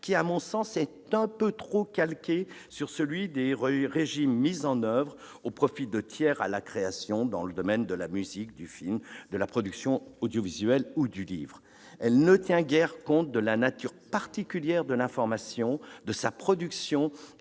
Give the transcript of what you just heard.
est, à mon sens, un peu trop calqué sur celui des régimes mis oeuvre au profit de tiers à la création dans les domaines de la musique, du film, de la production audiovisuelle ou du livre. Elle ne tient guère compte de la nature particulière de l'information, de sa production